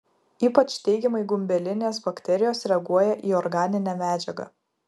ypač teigiamai gumbelinės bakterijos reaguoja į organinę medžiagą